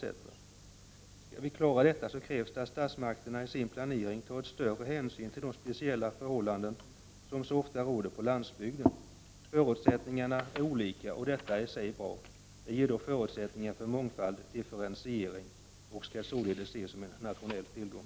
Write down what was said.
Skall vi klara detta krävs det att statsmakterna i sin planering tar en större hänsyn till de speciella förhållanden som så ofta råder på landsbygden. Förutsättningarna är olika, vilket i sig är bra. Det ger förutsättningar för mångfald och differentiering och skall således ses som en nationell tillgång.